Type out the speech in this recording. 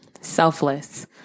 selfless